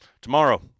tomorrow